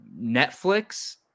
Netflix